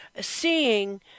seeing